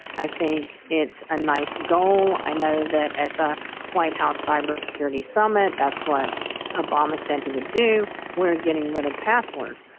i think it's a nice goal. i know at the white house cyber security summit that's what obama said he would do we're getting rid of passwords.